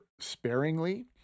sparingly